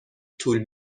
طول